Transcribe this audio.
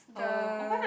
the